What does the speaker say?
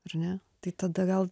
ar ne tai tada gal